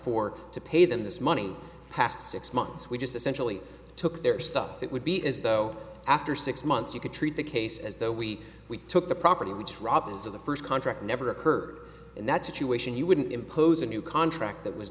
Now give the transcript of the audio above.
for to pay them this money past six months we just essentially took their stuff it would be as though after six months you could treat the case as though we we took the property which robs of the first contract never occurred in that situation you wouldn't impose a new contract that was